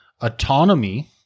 autonomy-